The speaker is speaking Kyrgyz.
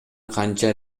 канча